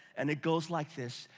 and it goes like this.